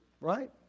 Right